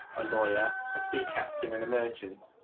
a lawyer, a sea captain and a merchant.